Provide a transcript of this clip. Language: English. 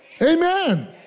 Amen